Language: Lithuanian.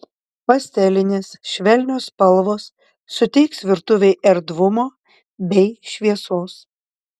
pastelinės švelnios spalvos suteiks virtuvei erdvumo bei šviesos